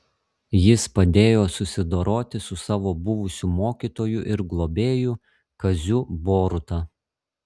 jis padėjo susidoroti su savo buvusiu mokytoju ir globėju kaziu boruta